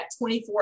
24